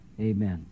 amen